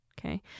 okay